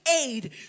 aid